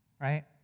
right